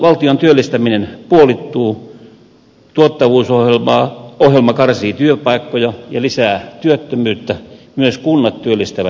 valtion työllistäminen puolittuu tuottavuusohjelma karsii työpaikkoja ja lisää työttömyyttä myös kunnat työllistävät vähemmän